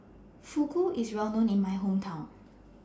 Fugu IS Well known in My Hometown